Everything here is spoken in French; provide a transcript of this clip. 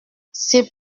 c’est